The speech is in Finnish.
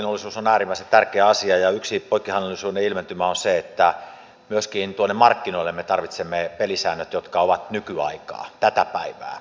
poikkihallinnollisuus on äärimmäisen tärkeä asia ja yksi poikkihallinnollisuuden ilmentymä on se että myöskin tuonne markkinoille me tarvitsemme pelisäännöt jotka ovat nykyaikaa tätä päivää